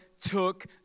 took